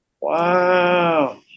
Wow